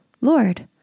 Lord